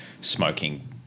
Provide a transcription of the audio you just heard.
smoking